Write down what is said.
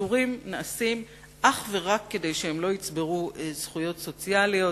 הפיטורים נעשים אך ורק כדי שהם לא יצברו זכויות סוציאליות,